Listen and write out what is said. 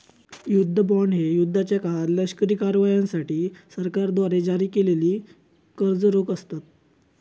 युद्ध बॉण्ड हे युद्धाच्या काळात लष्करी कारवायांसाठी सरकारद्वारे जारी केलेले कर्ज रोखे असतत